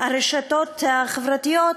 הרשתות החברתיות,